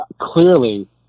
clearly